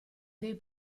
dei